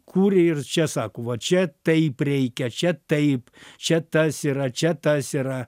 kūrė ir čia sako va čia taip reikia čia taip čia tas yra čia tas yra